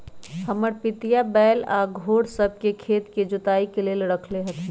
हमर पितिया बैल आऽ घोड़ सभ के खेत के जोताइ के लेल रखले हथिन्ह